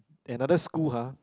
another school ha